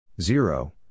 Zero